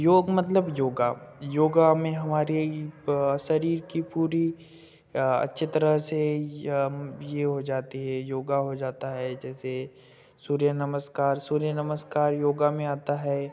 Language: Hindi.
योग मतलब योग योग में हमारी शरीर की पूरी अच्छे तरह से ये हो जाते है योग हो जाता है जैसे सूर्य नमस्कार सूर्य नमस्कार योग में आता है